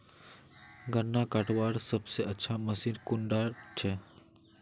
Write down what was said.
गन्ना कटवार सबसे अच्छा मशीन कुन डा छे?